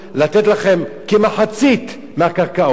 לתת לכם כמחצית מהקרקעות,